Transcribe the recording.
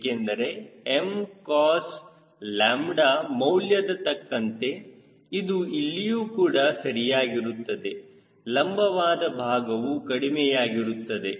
ಏಕೆಂದರೆ 𝑀𝑐𝑜𝑠𝛬 ಮೌಲ್ಯದ ತಕ್ಕಂತೆ ಇದು ಇಲ್ಲಿಯೂ ಕೂಡ ಸರಿಯಾಗಿರುತ್ತದೆ ಲಂಬವಾದ ಭಾಗವು ಕಡಿಮೆಯಾಗಿರುತ್ತದೆ